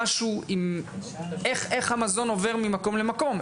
משהו עם איך המזון עובר ממקום למקום.